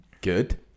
good